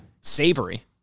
Savory